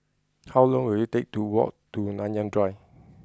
how long will it take to walk to Nanyang Drive